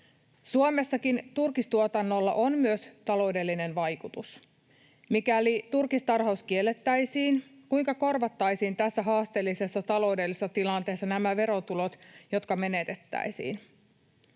Suomessakin turkistuotannolla on myös taloudellinen vaikutus. Mikäli turkistarhaus kiellettäisiin, kuinka korvattaisiin tässä haasteellisessa taloudellisessa tilanteessa nämä verotulot, jotka menetettäisiin?